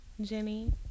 Jenny